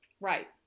Right